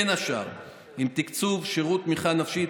בין השאר עם תקצוב שירות תמיכה נפשית,